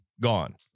gone